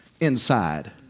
inside